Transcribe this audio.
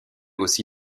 aussi